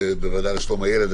אלא בוועדה לשלום הילד,